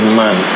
man